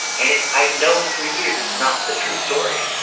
and it's i've known for years it's not the true story.